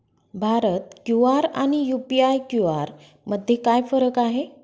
Bharat QR आणि UPI QR मध्ये काय फरक आहे?